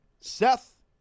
Seth